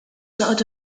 noqogħdu